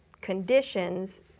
conditions